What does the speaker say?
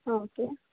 ಹಾಂ ಓಕೆ